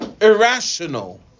irrational